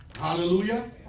Hallelujah